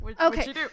Okay